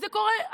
זה קורה,